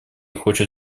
хочет